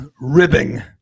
ribbing